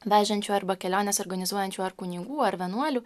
vežančių arba keliones organizuojančių ar kunigų ar vienuolių